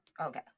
Okay